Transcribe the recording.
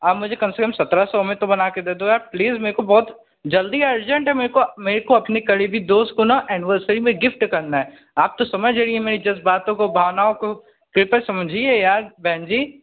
आप मुझे कम से कम सत्रह सौ में तो बना कर दे दो यार प्लीज मेरे को बहुत जल्दी अर्जेंट है मेरे को मेरे को अपनी करीबी दोस्त को न ऐनीवर्सरी में गिफ्ट करना है आप तो समझ रही मेरी जज़्बातों को भावनाओं को कृपया समझिए यार बहन जी